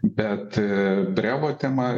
bet brevo tema